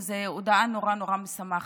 וזאת הודעה נורא נורא משמחת.